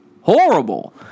horrible